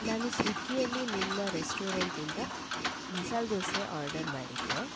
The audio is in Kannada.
ನಾನು ಸ್ವಿಗ್ಗಿಯಲ್ಲಿ ನಿಮ್ಮ ರೆಸ್ಟೋರೆಂಟಿಂದ ಮಸಾಲೆ ದೋಸೆ ಆರ್ಡರ್ ಮಾಡಿದ್ದೆ